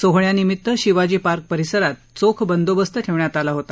सोहळ्यानिमित्त शिवाजी पार्क परिसरात चोख बंदोबस्त ठेवण्यात आला होता